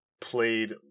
played